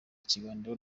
kiganiro